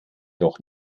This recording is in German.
doch